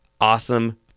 awesome